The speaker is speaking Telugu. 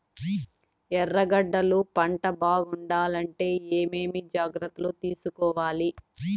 ఎర్రగడ్డలు పంట బాగుండాలంటే ఏమేమి జాగ్రత్తలు తీసుకొవాలి?